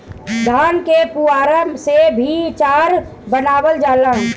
धान के पुअरा से भी चारा बनावल जाला